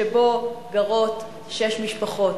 שבו גרות שש משפחות.